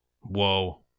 Whoa